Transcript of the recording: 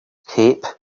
cape